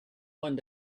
one